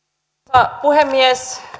arvoisa puhemies